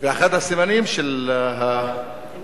ואחד הסימנים של ההצלחה,